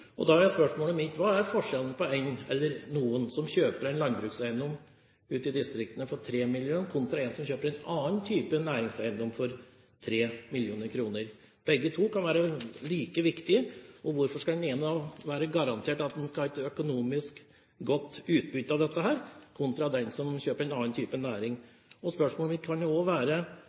resultat.» Da er spørsmålet mitt: Hva er forskjellen på en eller noen som kjøper en landbrukseiendom ute i distriktet for 3 mill. kr, kontra en som kjøper en annen type næringseiendom for 3 mill. kr? Begge to kan være like viktige, og hvorfor skal da den ene være garantert et økonomisk godt utbytte kontra den som kjøper en annen type næring? Spørsmålet